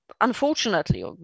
unfortunately